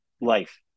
life